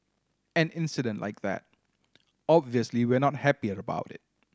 an incident like that obviously we are not happy about it